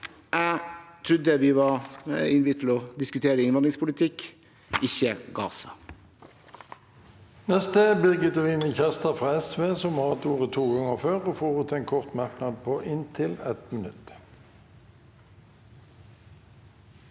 Jeg trodde vi var innbudt til å diskutere innvandringspolitikk, ikke Gaza.